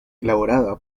elaborada